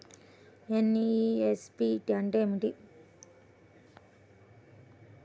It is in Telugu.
ఎన్.ఈ.ఎఫ్.టీ అంటే ఏమిటీ?